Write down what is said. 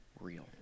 real